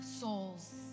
souls